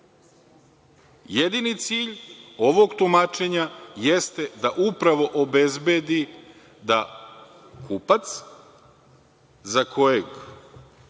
hteo. Jedini cilj ovog tumačenja jeste da upravo obezbedi da kupac za kojeg